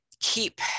keep